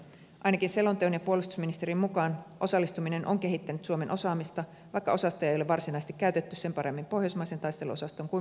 ainakin selonteon ja puolustusministerin mukaan osallistuminen on kehittänyt suomen osaamista vaikka osastoja ei ole varsinaisesti käytetty sen paremmin pohjoismaisen taisteluosaston kuin muidenkaan valmiusvuoroilla